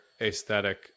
aesthetic